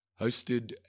hosted